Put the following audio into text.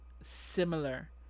similar